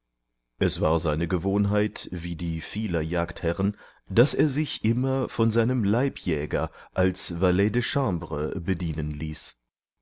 es war seine gewohnheit wie die vieler jagdherren daß er sich immer von seinem leibjäger als valet de chambre bedienen ließ